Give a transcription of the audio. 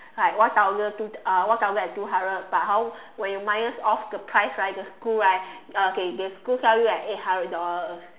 like one thousand two uh one thousand and two hundred but hor when you minus off the price right the school right okay the school sell you at eight hundred dollars